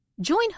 Join